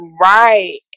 Right